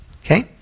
Okay